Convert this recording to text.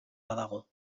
badago